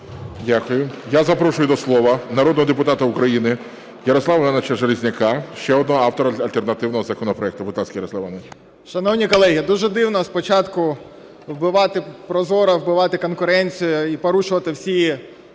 Дякую. Я запрошую до слова народного депутата України Ярослава Івановича Железняка, ще одного автора альтернативного законопроекту. Будь ласка, Ярослав Іванович. 15:34:07 ЖЕЛЕЗНЯК Я.І. Шановні колеги, дуже дивно спочатку вбивати прозоро, вбивати конкуренцію і порушувати всі